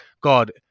God